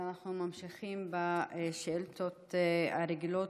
אנחנו ממשיכים בשאילתות הרגילות,